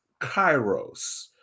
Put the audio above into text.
kairos